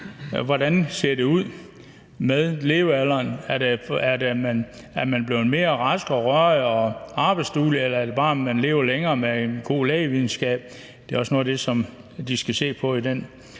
hvordan det ser ud med levealderen: Er man blevet mere rask og rørig og arbejdsduelig, eller er det bare, fordi man lever længere med en god lægevidenskab? Det er noget af det, som de skal se på i den